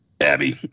Abby